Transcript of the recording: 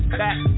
back